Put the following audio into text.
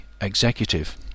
executive